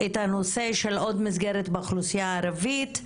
את הנושא של עוד מסגרת באוכלוסייה הערבית.